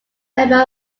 member